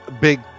big